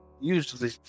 usually